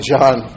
John